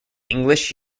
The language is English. english